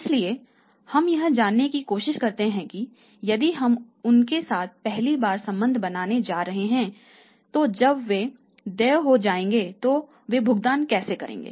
इसलिए हम यह जानने की कोशिश करते हैं कि यदि हम उनके साथ पहली बार संबंध बनाने जा रहे हैं तो जब वे देय हो जाएंगे तो वे भुगतान कैसे करेंगे